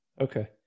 Okay